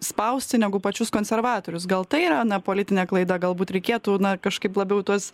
spausti negu pačius konservatorius gal tai yra na politinė klaida galbūt reikėtų na kažkaip labiau tuos